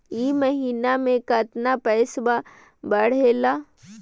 ई महीना मे कतना पैसवा बढ़लेया?